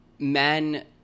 Men